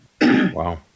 Wow